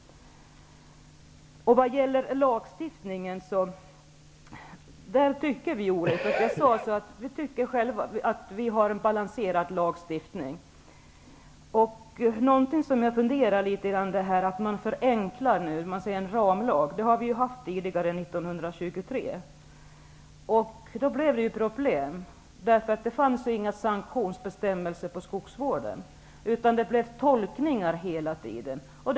Vad gäller lagstiftningen tycker vi olika. Vi tycker att lagstiftningen i vårt förslag är balanserad. Någonting som jag funderar över är att man nu förenklar. Tidigare hade vi en ramlag från 1923. Det blev då problem, därför att det inte fanns sanktionsbestämmelser för skogsvården och det hela tiden gjordes tolkningar.